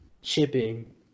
Shipping